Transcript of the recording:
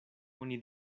oni